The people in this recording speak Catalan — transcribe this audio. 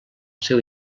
seu